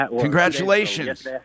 Congratulations